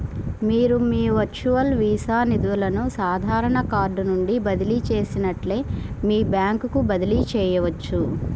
మీరు మీ virtual Visa నిధులను సాధారణ కార్డ్ నుండి బదిలీ చేసినట్లే మీ బ్యాంకుకు బదిలీ చేయవచ్చు